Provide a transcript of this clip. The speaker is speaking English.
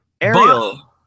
Ariel